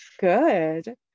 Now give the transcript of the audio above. good